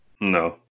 No